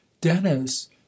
dennis